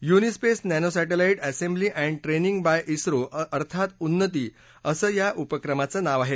UNISPACE nanosatellite assembly and training by ISRO अर्थात उन्नती असं या उपक्रमाचं नाव आहे